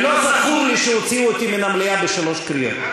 ולא זכור לי שהוציאו אותי מן המליאה בשלוש קריאות.